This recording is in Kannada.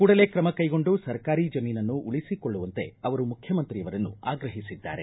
ಕೂಡಲೇ ಕ್ರಮ ಕೈಗೊಂಡು ಸರ್ಕಾರಿ ಜಮೀನನ್ನು ಉಳಿಸಿಕೊಳ್ಳುವಂತೆ ಅವರು ಮುಖ್ಯಮಂತ್ರಿಯವರನ್ನು ಆಗ್ರಹಿಸಿದ್ದಾರೆ